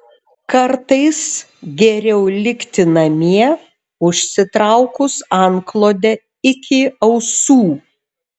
kartais geriau likti namie užsitraukus antklodę iki ausų